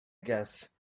guess